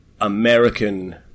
american